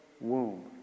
womb